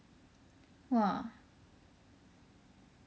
!wah!